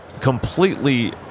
completely